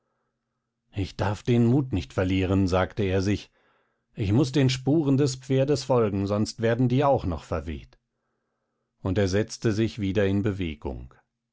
ich darf nicht den mut verlieren sagte er sich ich muß den spuren des pferdes folgen sonst werden die auch noch verweht und er setzte sich wieder in bewegung